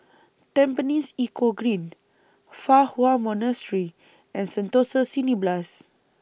Tampines Eco Green Fa Hua Monastery and Sentosa Cineblast